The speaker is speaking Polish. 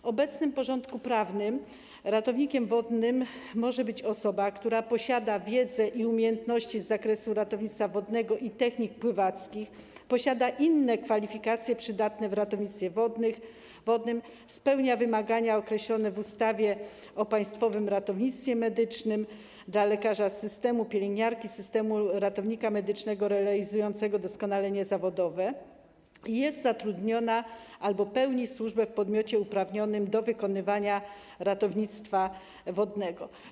W obecnym porządku prawnym ratownikiem wodnym może być osoba, która ma wiedzę i umiejętności z zakresu ratownictwa wodnego i technik pływackich, posiada inne kwalifikacje przydatne w ratownictwie wodnym, spełnia wymagania określone w ustawie o Państwowym Ratownictwie Medycznym dla lekarza systemu, pielęgniarki systemu, ratownika medycznego realizującego doskonalenie zawodowe i jest zatrudniona albo pełni służbę w podmiocie uprawnionym do wykonywania ratownictwa wodnego.